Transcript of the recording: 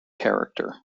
character